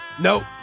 Nope